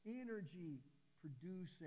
energy-producing